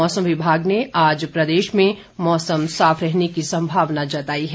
मौसम विभाग ने आज प्रदेश में मौसम साफ रहने की संभावना जताई है